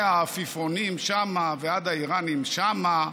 מהעפיפונים שם ועד האיראנים שם,